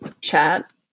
chat